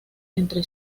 entre